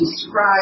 describe